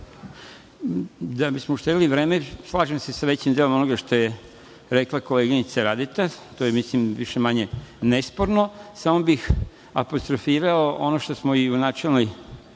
bismo uštedeli vreme, slažem se sa većim delom onoga što je rekla koleginica Radeta, to je više-manje nesporno. Samo bih apostrofirao ono što smo i u načelnoj